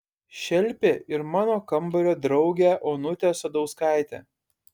šelpė ir mano kambario draugę onutę sadauskaitę